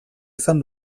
izan